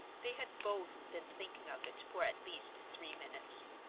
they had both been thinking of it for at least three minutes.